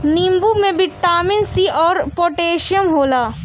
नींबू में vitamin C अउरी पोटैशियम होला